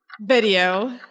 Video